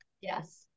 Yes